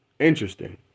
interesting